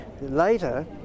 later